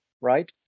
right